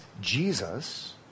Jesus